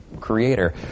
creator